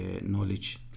knowledge